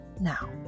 Now